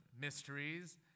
mysteries